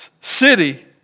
city